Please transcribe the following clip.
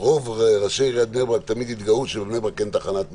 רוב ראשי עיריית בני ברק תמיד התגאו שבבני ברק אין תחנת משטרה,